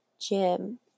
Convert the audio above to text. gym